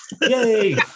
Yay